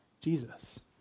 Jesus